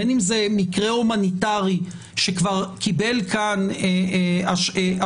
בין אם זה מקרה הומניטרי שכבר קיבל כאן אשרה,